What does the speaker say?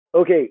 Okay